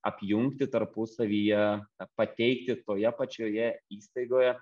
apjungti tarpusavyje pateikti toje pačioje įstaigoje